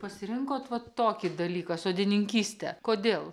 pasirinkot vat tokį dalyką sodininkystę kodėl